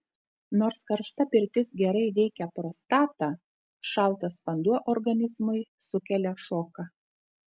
nors karšta pirtis gerai veikia prostatą šaltas vanduo organizmui sukelia šoką